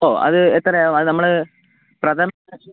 ഓ അത് എത്ര ആവും അത് നമ്മൾ പ്രഥമ